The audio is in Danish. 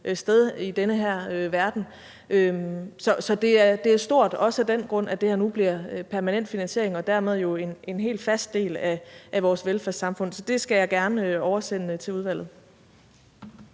sted i den her verden. Så det er stort også af den grund, at det her nu bliver en permanent finansiering og dermed jo en helt fast del af vores velfærdssamfund. Så det skal jeg gerne oversende til udvalget.